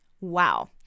Wow